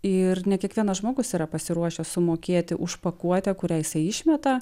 ir ne kiekvienas žmogus yra pasiruošęs sumokėti už pakuotę kurią jisai išmeta